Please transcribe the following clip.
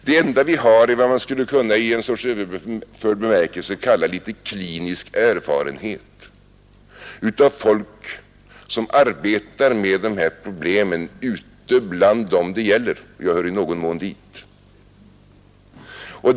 Det enda vi har är vad man i en sorts överförd bemärkelse skulle kunna kalla litet klinisk erfarenhet hos folk som arbetar med de här problemen ute bland dem det gäller — och jag hör i någon mån dit.